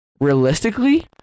Realistically